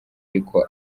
ariko